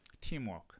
teamwork